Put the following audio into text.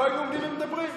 לא היינו עומדים ומדברים.